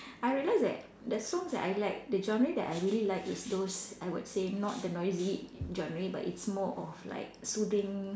I realise that the songs that I like the genre that I really like is those I would say not the noisy genre but it's more of like soothing